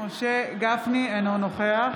אינו נוכח